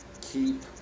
Keep